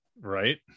Right